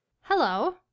Hello